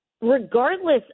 Regardless